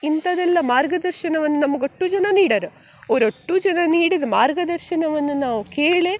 ಇಂಥದ್ದೆಲ್ಲ ಮಾರ್ಗದರ್ಶನವನ್ನು ನಮಗೆ ಅಷ್ಟೂ ಜನ ನೀಡರ ಅವ್ರು ಅಷ್ಟೂ ಜನ ನೀಡಿದ ಮಾರ್ಗದರ್ಶನವನ್ನು ನಾವು ಕೇಳಿ